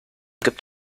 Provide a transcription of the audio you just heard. gibt